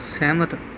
ਸਹਿਮਤ